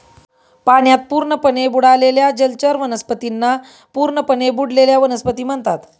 पाण्यात पूर्णपणे बुडालेल्या जलचर वनस्पतींना पूर्णपणे बुडलेल्या वनस्पती म्हणतात